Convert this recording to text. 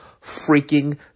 freaking